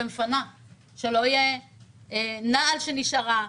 ומפנה שלא תהיה נעל שנשארה,